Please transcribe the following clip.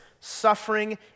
suffering